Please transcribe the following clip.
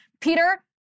Peter